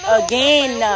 again